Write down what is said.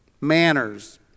manners